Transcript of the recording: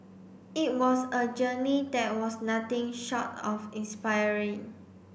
it was a journey that was nothing short of inspiring